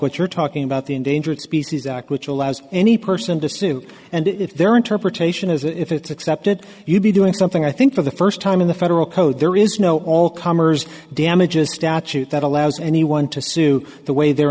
what you're talking about the endangered species act which allows any person to sue and if their interpretation is if it's accepted you'd be doing something i think for the first time in the federal code there is no all comers damages statute that allows anyone to sue the way their